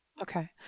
okay